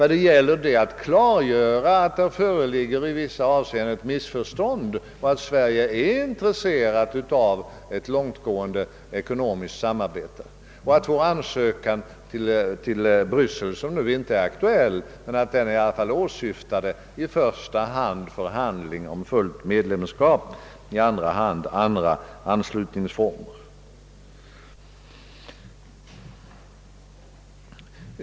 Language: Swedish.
Det gäller att i Bryssel klargöra att det i vissa avseenden föreligger missförstånd, att Sverige är intresserat av ett långtgående ekonomiskt samarbete och att vår ansökan till Bryssel, som inte är aktuell nu, i alla fall åsyftade förhandling i första hand om fullt medlemskap och i andra hand om andra anslutningsformer.